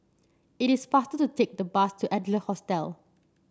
it is faster to take the bus to Adler Hostel